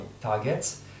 targets